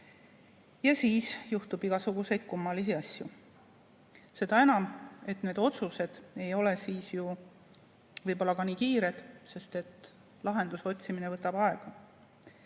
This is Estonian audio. Ja siis juhtub igasuguseid kummalisi asju. Seda enam, et need otsused ei ole võib‑olla siis ka nii kiired, sest lahenduse otsimine võtab